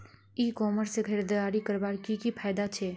ई commerce से खरीदारी करवार की की फायदा छे?